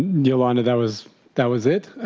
yeah elana, that was that was it?